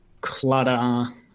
clutter